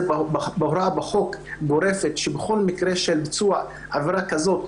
בהוראה גורפת בחוק שבכל מקרה של ביצוע עבירה כזאת,